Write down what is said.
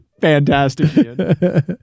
fantastic